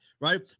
right